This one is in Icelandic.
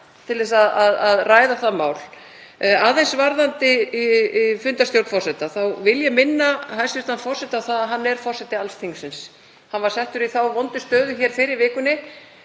til að ræða það mál. Aðeins varðandi fundarstjórn forseta þá vil ég minna hæstv. forseta á að hann er forseti alls þingsins. Hann var settur í þá vondu stöðu hér fyrr í vikunni